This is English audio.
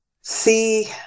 see